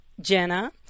Jenna